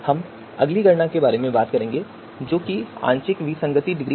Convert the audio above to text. हम अगली गणना के बारे में बात करेंगे जो आंशिक विसंगति की डिग्री है